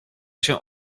się